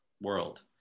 world